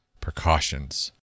precautions